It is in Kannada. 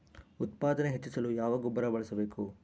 ಉತ್ಪಾದನೆ ಹೆಚ್ಚಿಸಲು ಯಾವ ಗೊಬ್ಬರ ಬಳಸಬೇಕು?